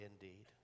indeed